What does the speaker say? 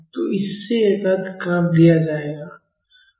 तो इसे रद्द कर दिया जाएगा